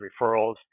referrals